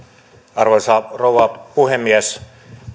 arvoisa rouva puhemies